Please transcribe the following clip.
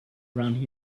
around